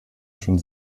schon